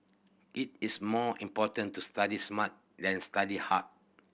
it is more important to study smart than study hard